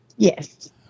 Yes